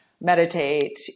meditate